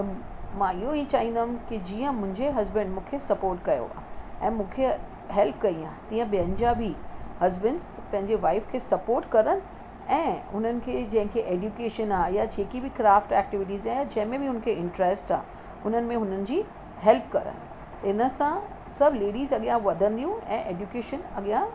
त मां इहो ई चाहींदमि कि जीअं मुंहिंजे हसबैंड मूंखे सपोर्ट कयो आहे ऐं मूंखे हेल्प कई आहे तीअं ॿियनि जा बि हसबैंड्स पंहिंजी वाइफ़ खे सपोट करनि ऐं हुननि खे जंहिं खे एड्युकेशन आहे या जेकी बि क्राफ्ट एक्टिविटीस आहे जंहिं में बि हुनखे इंट्रेस्ट आहे उन्हनि में हुननि जी हेल्प करनि हिनसां सभ लेडीस अॻियां वधंदियूं ऐं एड्युकेशन अॻियां